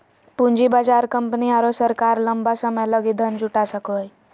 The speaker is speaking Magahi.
पूँजी बाजार कंपनी आरो सरकार लंबा समय लगी धन जुटा सको हइ